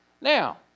Now